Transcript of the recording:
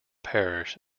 parish